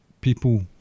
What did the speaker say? people